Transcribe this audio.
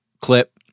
clip